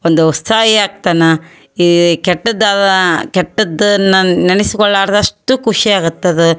ಒಂದು ಉತ್ಸಾಹಿ ಆಗ್ತಾನೆ ಈ ಕೆಟ್ಟದ್ದಾದ ಕೆಟ್ಟದ್ದನ್ನು ನೆನೆಸಿಕೊಳ್ಳಲಾರ್ದಷ್ಟು ಖುಷಿ ಆಗತ್ತೆ ಅದು